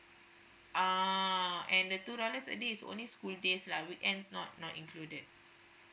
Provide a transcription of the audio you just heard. uh and the two dollars a day is only school days lah weekends not not included